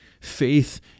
faith